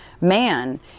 man